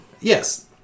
Yes